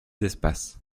espaces